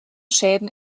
schäden